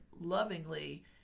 lovingly